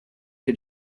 che